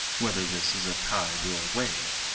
whether this is a tide, or a wave,